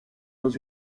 dans